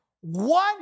one